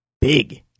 big